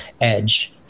edge